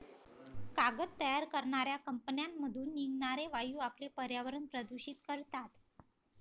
कागद तयार करणाऱ्या कंपन्यांमधून निघणारे वायू आपले पर्यावरण प्रदूषित करतात